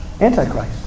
Antichrist